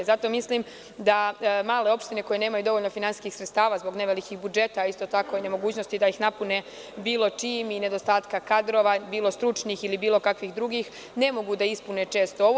Zato mislim da male opštine koje nemaju dovoljno finansijskih sredstava zbog nevelikih budžeta, isto tako i nemogućnosti da ih napune bilo čim i nedostatka kadrova bilo stručnih ili bilo kakvih drugih, ne mogu da ispune često ovo.